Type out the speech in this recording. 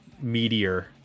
meteor